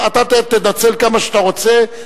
אתה תנצל כמה שאתה רוצה,